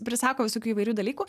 prisako visokių įvairių dalykų